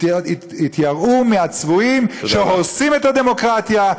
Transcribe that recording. התייראו מהצבועים שהורסים את הדמוקרטיה,